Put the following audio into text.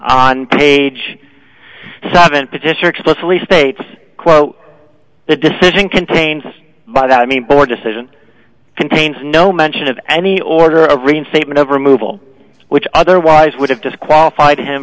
on page seven petitioner explicitly states quote the decision contains by that i mean board decision contains no mention of any order a reinstatement of removal which otherwise would have disqualified him